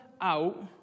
out